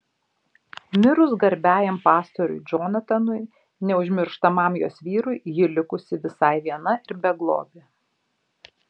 mirus garbiajam pastoriui džonatanui neužmirštamam jos vyrui ji likusi visai viena ir beglobė